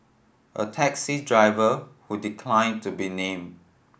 a taxi driver who decline to be name